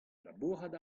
labourat